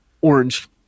orange